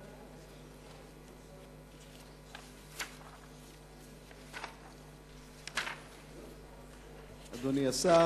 אדוני השר,